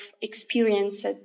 experienced